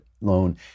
loan